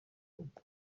ubwo